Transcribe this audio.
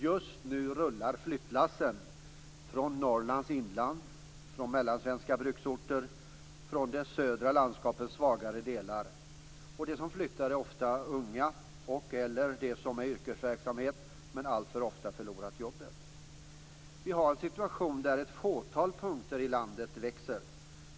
Just nu rullar flyttlassen från Norrlands inland, från mellansvenska bruksorter och från de södra landskapens svagare delar. De som flyttar är ofta unga och/eller människor som har förlorat jobben. Vi har en situation där ett fåtal delar av landet växer.